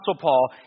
Paul